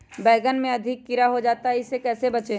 बैंगन में अधिक कीड़ा हो जाता हैं इससे कैसे बचे?